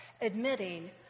admitting